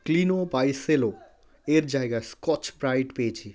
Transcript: ক্লিনো by Cello এর জায়গায় Scotch Brite পেয়েছি